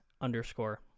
underscore